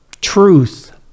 Truth